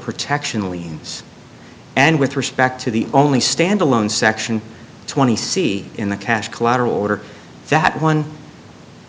protection liens and with respect to the only standalone section twenty c in the cash collateral order that one